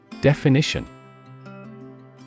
Definition